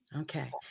Okay